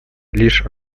лишь